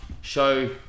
show